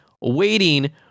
waiting